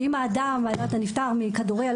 אם כתוב שהאדם נפטר מכדורים מסוימים,